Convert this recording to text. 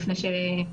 גם בצד הזה.